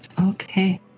Okay